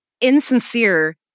insincere